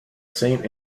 saint